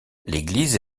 l’église